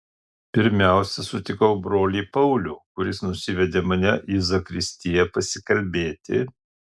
pirmiausia sutikau brolį paulių kuris nusivedė mane į zakristiją pasikalbėti